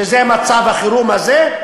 שזה מצב החירום הזה,